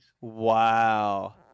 Wow